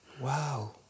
Wow